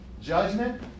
Judgment